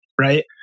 right